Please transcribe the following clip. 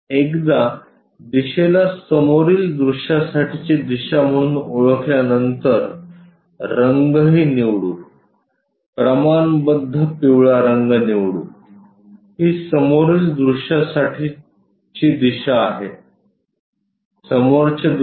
एकदा दिशेला समोरील दृश्यासाठीची दिशा म्हणून ओळखल्यानंतर रंगही निवडू प्रमाणबद्ध पिवळा रंग निवडू ही समोरील दृश्यासाठीची दिशा आहे समोरचे दृश्य